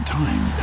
time